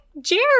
Jerry